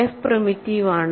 F primitive ആണോ